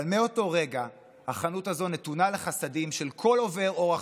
אבל מאותו רגע החנות הזאת נתונה לחסדים של כל עובר אורח